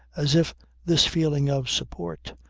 as if this feeling of support,